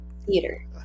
Theater